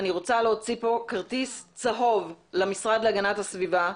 אני רוצה להוציא פה כרטיס צהוב למשרד להגנת הסביבה,